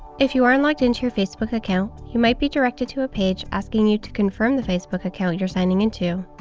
if you aren't logged in to your facebook account, you might be directed to a page asking you to confirm the facebook account you're signing into.